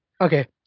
Okay